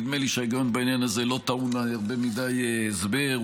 נדמה לי שההיגיון בעניין הזה לא טעון הרבה מדי הסבר.